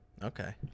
Okay